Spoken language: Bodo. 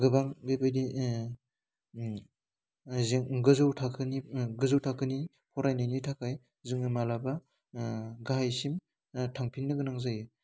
गोबां बेबायदि जों गोजौ थाखोनि गोजौ थाखोनि फरायनायनि थाखाय जोङो मालाबा गाहायसिम थांफिननो गोनां जायो